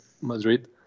madrid